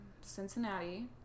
Cincinnati